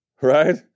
right